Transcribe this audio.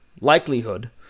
likelihood